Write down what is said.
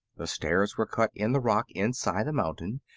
the stairs were cut in the rock inside the mountain,